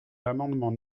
l’amendement